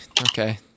Okay